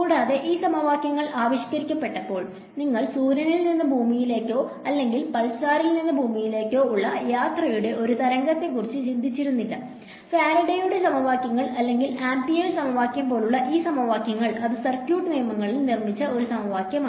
കൂടാതെ ഈ സമവാക്യങ്ങൾ ആവിഷ്ക്കരിക്കപ്പെട്ടപ്പോൾ നിങ്ങൾ സൂര്യനിൽ നിന്ന് ഭൂമിയിലേക്കോ അല്ലെങ്കിൽ പൾസാറിൽ നിന്ന് ഭൂമിയിലേക്കോ ഉള്ള യാത്രയുടെ ഒരു തരംഗത്തെക്കുറിച്ച് ചിന്തിച്ചിരുന്നില്ല ഫാരഡെയുടെ സമവാക്യം അല്ലെങ്കിൽ ആമ്പിയേഴ്സ് സമവാക്യം പോലുള്ള ഈ സമവാക്യങ്ങൾ അത് സർക്യൂട്ട് നിയമങ്ങളിൽ നിർമ്മിച്ച ഒരു സമവാക്യമാണ്